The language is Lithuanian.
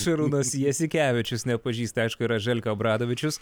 šarūnas jasikevičius nepažįsta aišku yra želka obradovičius